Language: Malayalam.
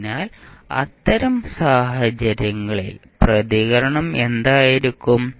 അതിനാൽ അത്തരം സാഹചര്യങ്ങളിൽ പ്രതികരണം എന്തായിരിക്കും